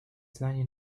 زنی